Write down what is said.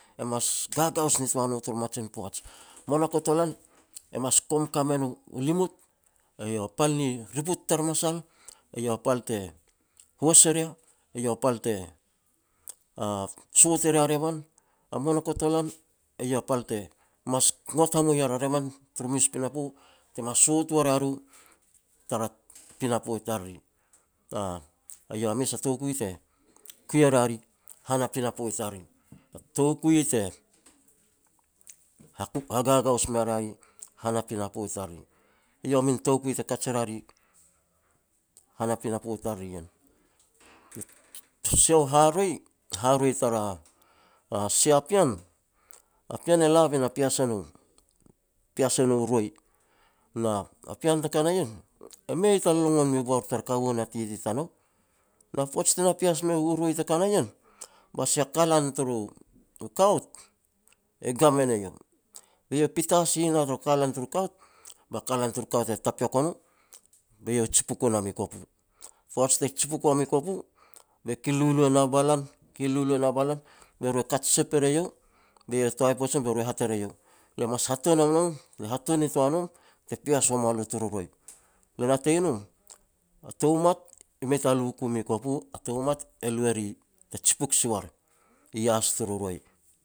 e mas gagaus nitoa no taaru mamajin u poaj. Monakotolan e mas kum ka me no limut, eiau a pal ni riput tar masal, eiau a pal te huas e ria, eiau a pal te soat o ria revan. A monakotolan eiau a pal te mas ngot hamua er a revan turu mes u pinapo te ma sot wa ria ru tara pinapo i tariri, aah. Eiau a mes a toukui te kui e ria ri han a pinapo i tariri, tar toukui te hagagaos me ria han a pinapo i tariri. Eiau a min toukui te kaj e ria ri han a pinapo i tariri ien. Sia u haroi, haroi tara sia pean, a pean e la be na pias e no roi, na pean teka na ien, e mei ta longon miu bor te kaua na titi tanou, na poaj te na pias meiau u roi te ka na ien, ba sia kalan turu kaut e gam e ne eiau, be eiau e pita seh na taru kalan taru kaut, ba kalan taru kaot e tapeok o no be eiau jipuk nam i kopu. Paoj te jipuk wa mou i kopu, be eiau e kil lulu e na a balan. Kil lulu e na balan be ru e kat sep er eiau, be eiau e toai poij i no, be ru e hat er eiau, "Lo mas hatuan nom, hatuan nitoa nom te pias wa moa lo taru roi, le natei nom, a tou mat i mei ta lu ku mi kopu, a tou mat e lu e ri te jipuk si war, i yas taru roi